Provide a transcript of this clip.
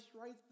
right